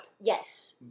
yes